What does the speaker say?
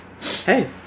Hey